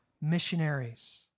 missionaries